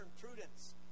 prudence